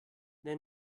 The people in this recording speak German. der